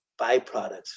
byproducts